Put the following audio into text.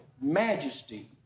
majesty